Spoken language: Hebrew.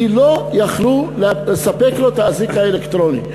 כי לא יכלו לספק לו את האזיק האלקטרוני.